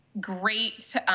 great